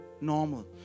normal